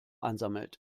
ansammelt